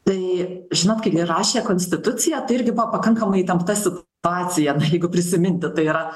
tai žinot kaip rašė konstituciją tai irgi buvo pakankamai įtempta situacija na jeigu prisiminti tai yra